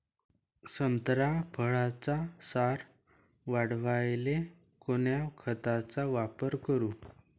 संत्रा फळाचा सार वाढवायले कोन्या खताचा वापर करू?